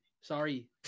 Sorry